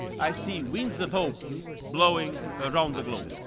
i see winds of hope blowing around the globe.